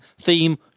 theme